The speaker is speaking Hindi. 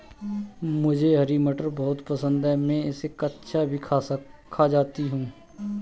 मुझे हरी मटर बहुत पसंद है मैं इसे कच्चा भी खा जाती हूं